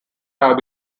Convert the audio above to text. have